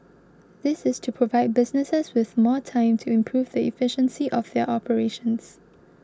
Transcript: this is to provide businesses with more time to improve the efficiency of their operations